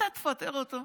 אתה תפטר אותו?